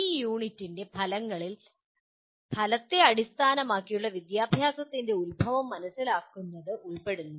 ഈ യൂണിറ്റിൻ്റെ ഫലങ്ങളിൽ ഫലത്തെ അടിസ്ഥാനമാക്കിയുള്ള വിദ്യാഭ്യാസത്തിൻ്റെ ഉത്ഭവം മനസ്സിലാക്കുന്നത് ഉൾപ്പെടുന്നു